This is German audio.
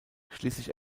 schließlich